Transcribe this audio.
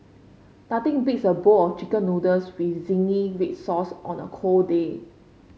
nothing beats a bowl of chicken noodles with zingy red sauce on a cold day